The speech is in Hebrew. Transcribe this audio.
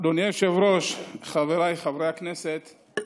אדוני היושב-ראש, חבריי חברי הכנסת,